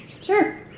Sure